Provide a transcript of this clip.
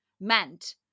meant